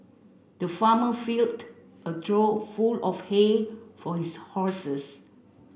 the farmer filled a trough full of hay for his horses